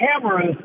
cameras